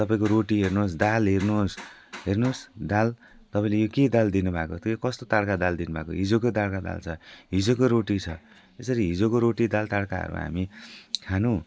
तपाईँको रोटी हेर्नुहोस् दाल हेर्नुहोस् हेर्नुहोस् दाल तपाईँले यो के दाल दिनुभएको थियो कस्तो तड्का दाल दिनुभएको हिजोको तड्का दाल छ हिजोको रोटी छ त्यसरी हिजोको रोटी दाल तड्काहरू हामी खानु